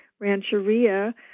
Rancheria